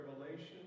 revelation